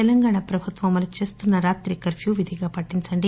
తెలంగాణ ప్రభుత్వం అమలు చేస్తున్న రాత్రి కర్ప్యూ విధిగా పాటించండి